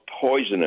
poisonous